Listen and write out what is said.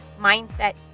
mindset